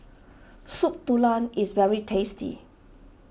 Soup Tulang is very tasty